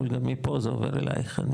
אולגה מפה זה עובר אליך.